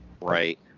Right